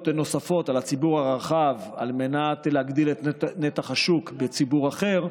נוספות על הציבור הרחב על מנת להגדיל את נתח השוק בציבור אחר,